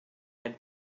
ein